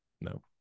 No